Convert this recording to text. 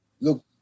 look